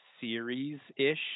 Series-ish